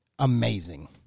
amazing